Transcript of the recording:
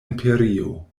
imperio